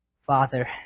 Father